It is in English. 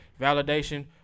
Validation